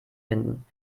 finden